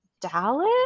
Dallas